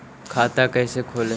खाता कैसे खोले?